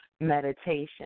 meditation